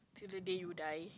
the day you die